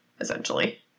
essentially